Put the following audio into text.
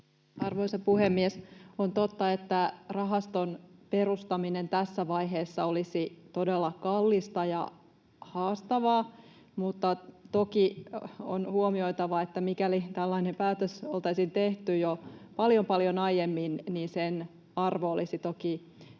Arvoisa puhemies! On totta, että rahaston perustaminen tässä vaiheessa olisi todella kallista ja haastavaa, mutta toki on huomioitava, että mikäli tällainen päätös oltaisiin tehty jo paljon, paljon aiemmin, niin sen arvo olisi toki